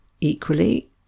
Equally